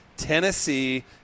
Tennessee